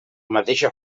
mateixa